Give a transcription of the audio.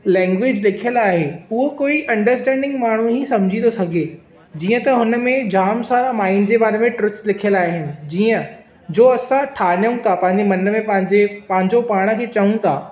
language लिखियल आहे उहो कोई अंडरस्टेंडिंग माण्हू ई सम्झी थो सघे जीअं त हुनमें जाम सारा माइंड जे बारे में ट्रुथ्स लिखियल आहिनि जीअं जो असां ठानियूं था पंहिंजे मन में पंहिंजे पंहिंजो पाण खे चऊं था